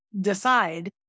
decide